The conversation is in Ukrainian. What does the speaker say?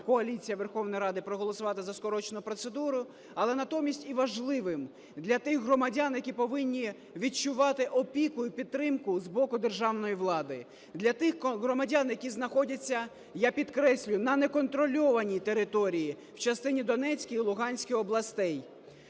коаліція Верховної Ради, проголосувати за скорочену процедуру, але натомість і важливим для тих громадян, які повинні відчувати опіку і підтримку з боку державної влади, для тих громадян, які знаходяться, я підкреслюю, на неконтрольованій території в частині Донецької і Луганської областей.